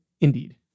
Indeed